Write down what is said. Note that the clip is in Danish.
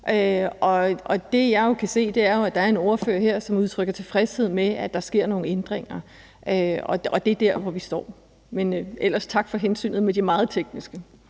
nu. Det, jeg jo kan se, er, at der er en ordfører her, som udtrykker tilfredshed med, at der sker nogle ændringer, og det er der, hvor vi står. Men ellers tak for at tage hensyn og ikke